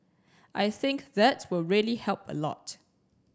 I think that will really help a lot